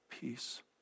peace